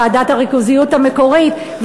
ועדת הריכוזיות המקורית,